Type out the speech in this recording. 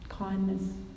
Kindness